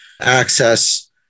access